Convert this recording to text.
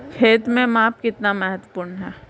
खेत में माप कितना महत्वपूर्ण है?